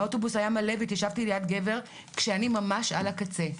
האוטובוס היה מלא והתיישבתי ליד גבר כשאני ממש על הקצה,